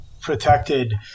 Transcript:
protected